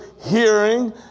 hearing